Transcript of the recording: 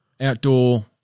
outdoor